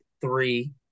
three